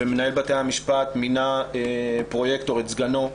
ומנהל בתי המשפט מינה פרויקטור, את סגנו,